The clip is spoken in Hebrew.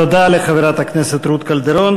תודה לחברת הכנסת רות קלדרון.